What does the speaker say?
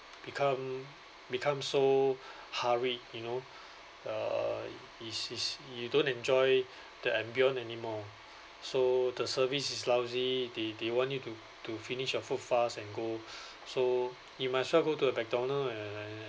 become become so hurry you know uh is is you don't enjoy the ambient anymore so the service is lousy they they want you to to finish your food fast and go so you might as well go to the mcdonald's and and